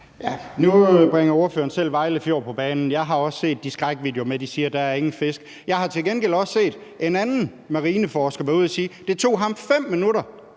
Nu bringer ordføreren selv Vejle Fjord på banen. Jeg har også set de skrækvideoer, hvor de siger, at der ingen fisk er. Jeg har til gengæld også set en anden marineforsker være ude og sige, at det tog ham 5 minutter